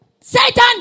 Satan